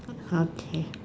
okay